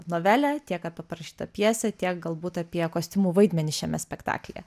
novelę tiek apie parašytą pjesę tiek galbūt apie kostiumų vaidmenį šiame spektaklyje